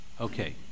Okay